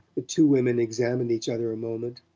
the two women examined each other a moment,